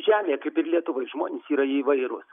žemėje taip ir lietuvoj žmonės yra įvairūs